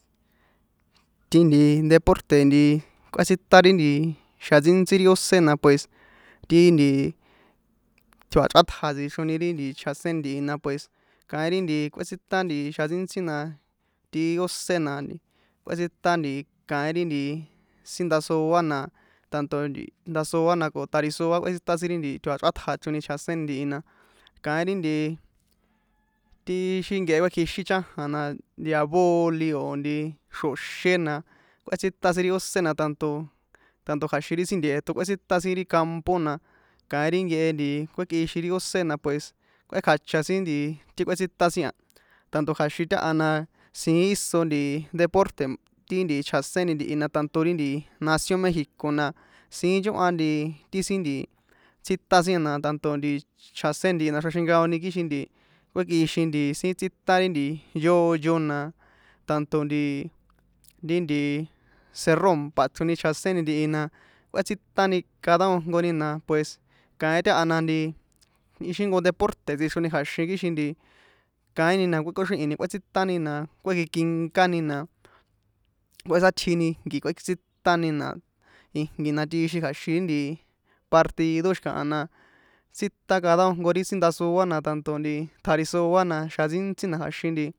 Ti nti deporte̱ nti kꞌuétsinta ri nti xjan nstíntsí ri ósé na pues ti nti tjoa̱ chrꞌatja tsixroni ri nti chjaséni ntihi la pues kaín ri nti kuétsintan ri xjan ntsíntsí na ti ósé na kꞌuétsintan kaín ri sin ndasoa na tanto ndasoa na tjarisoa kꞌuétsitan sin ri nti tjoa̱chrꞌátja ichroni chjaséni ntihi na kapin ri nti nkehe kuékjixin chájan na de a boli o̱ nti xro̱xé na kꞌuétsitan sin ri ósé na tanto tanto kja̱xin ri sin nteṭo̱ kꞌuétsintan sin ri campo na kaín ri nkehe nti kuékꞌixin ri ósé na pues kꞌuékjacha sin nti ti kꞌuétsitan sin a tanto kja̱xin taha na siín íso deporte̱ ti nti chjaséni ntihi na tanto ri nación mexico na siín nchóhña nti ti sin nti tsítan sin na tanto nti chjaséni ntihi na xraxinkaoni kixin nti kuékꞌixin nti sin tsítan ri nti yóyo na tanto nti ri nti cerrómpa chroni chjaséni ntihi na kꞌuétsitani cada nkojnkoni na pues kaín taha na nti ixi jnko deporte̱ taha tsixroni kja̱xin kixin kaína kꞌuékoxrihi̱ni kꞌuétsítani na kuékikinkáni na kꞌuésatjini ijnki kꞌuétsitani na ijnki na tixin kja̱xin ri nti partido xi̱kaha na tsítan cada jnkojnko ri sin ndasoa na tanto nti tjarisoa na xjan ntsíntsi na kja̱xin.